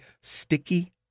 sticky